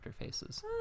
faces